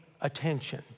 attention